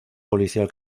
policial